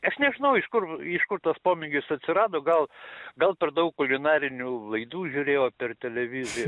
aš nežinau iš kur iš kur tas pomėgis atsirado gal gal per daug kulinarinių laidų žiūrėjo per televiziją